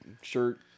shirt